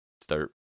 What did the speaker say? start